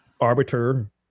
arbiter